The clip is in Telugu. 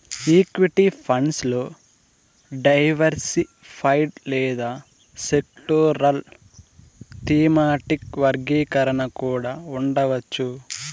ఈక్విటీ ఫండ్స్ లో డైవర్సిఫైడ్ లేదా సెక్టోరల్, థీమాటిక్ వర్గీకరణ కూడా ఉండవచ్చు